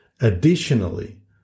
Additionally